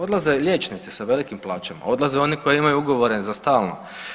Odlaze liječnici sa velikim plaćama, odlaze oni koji imaju ugovore za stalno.